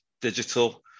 digital